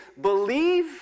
believe